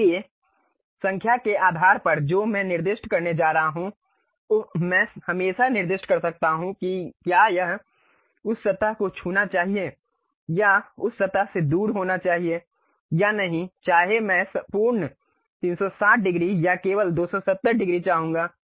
इसलिए संख्या के आधार पर जो मैं निर्दिष्ट करने जा रहा हूं उह मैं हमेशा निर्दिष्ट कर सकता हूं कि क्या यह उस सतह को छूना चाहिए या उस सतह से दूर होना चाहिए या नहीं चाहे मैं पूर्ण 360 डिग्री या केवल 270 डिग्री चाहूंगा